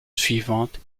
suivante